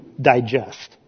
digest